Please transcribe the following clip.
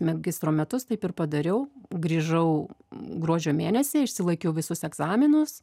magistro metus taip ir padariau grįžau gruodžio mėnesį išsilaikiau visus egzaminus